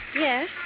Yes